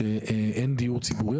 שאין דיור ציבורי,